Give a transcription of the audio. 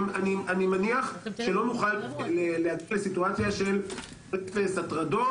אני מניח שלא נוכל להגיע לסיטואציה של אפס הטרדות,